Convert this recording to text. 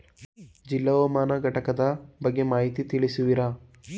ಜಿಲ್ಲಾ ಹವಾಮಾನ ಘಟಕದ ಬಗ್ಗೆ ಮಾಹಿತಿ ತಿಳಿಸುವಿರಾ?